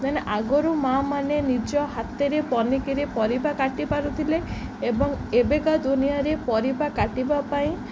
ଦେନ ଆଗରୁ ମାଆ ମାନେ ନିଜ ହାତରେ ପନିିକିରେ ପରିବା କାଟି ପାରୁଥିଲେ ଏବଂ ଏବେକା ଦୁନିଆଁରେ ପରିବା କାଟିବା ପାଇଁ